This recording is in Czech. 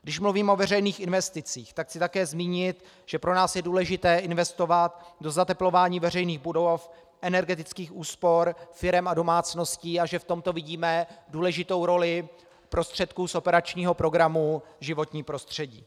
Když mluvím o veřejných investicích, chci také zmínit, že je pro nás důležité investovat do zateplování veřejných budov, energetických úspor firem a domácností a že v tomto vidíme důležitou roli prostředků z operačního programu Životní prostředí.